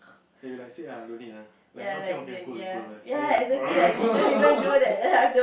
then you like say ah no need lah like how can or can cool cool then you like